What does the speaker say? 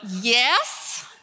Yes